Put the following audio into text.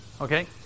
Okay